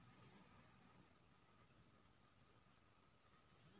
तोहर माय बला जमानत पत्र छौ ने तोरा लग